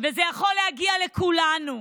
וזה יכול להגיע לכולנו.